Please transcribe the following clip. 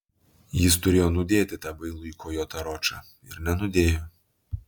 jis turėjo nudėti tą bailųjį kojotą ročą ir nenudėjo